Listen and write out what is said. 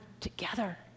together